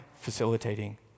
facilitating